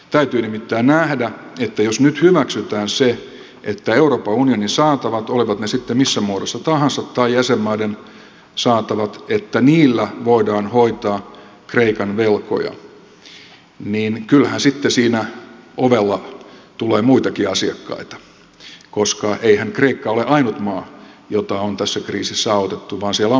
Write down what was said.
täytyy nimittäin nähdä että jos nyt hyväksytään se että euroopan unionin saatavilla olivat ne sitten missä muodossa tahansa tai jäsenmaiden saatavilla voidaan hoitaa kreikan velkoja niin kyllähän sitten siinä ovella tulee muitakin asiakkaita koska eihän kreikka ole ainut maa jota on tässä kriisissä autettu vaan siellä on muitakin maita